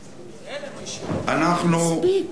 מספיק.